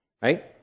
right